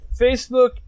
facebook